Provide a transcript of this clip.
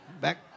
back